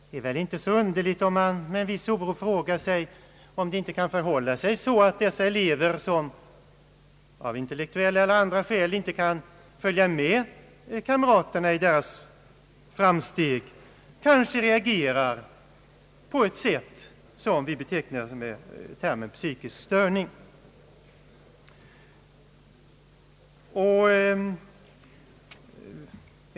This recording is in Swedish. Det är väl då inte så underligt om man med en viss oro frågar sig om inte dessa elever som av intellektuella eller andra skäl inte kan följa med kamraterna i deras framsteg kanske reagerar på ett sätt som vi betecknar med termen psykisk störning.